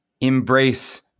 Embrace